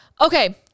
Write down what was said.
okay